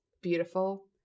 beautiful